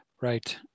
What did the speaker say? Right